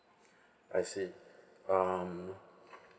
I see um